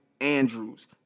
Andrews